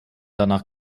danach